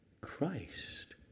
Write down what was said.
Christ